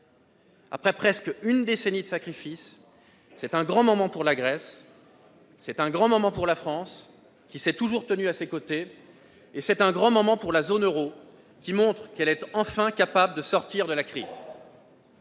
Après presque une décennie de sacrifices, c'est un grand moment pour la Grèce, c'est un grand moment pour la France, qui s'est toujours tenue à ses côtés, et c'est un grand moment pour la zone euro, qui montre qu'elle est enfin capable de sortir de la crise.